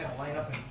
and line up,